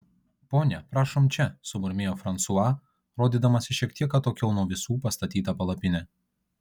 ponia prašom čia sumurmėjo fransua rodydamas į šiek tiek atokiau nuo visų pastatytą palapinę